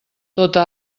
tota